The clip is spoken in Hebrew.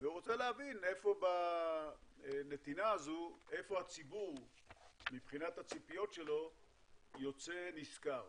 ורוצה להבין איפה בנתינה הזאת הציבור מבחינת הציפיות שלו יוצא נשכר.